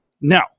No